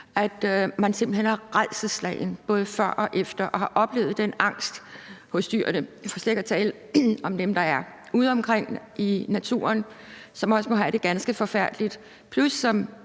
at de simpelt hen er rædselsslagne både før og efter, og man har oplevet den angst hos dyrene – for slet ikke at tale om dem, der er udeomkring i naturen, og som også må have det ganske forfærdeligt, plus at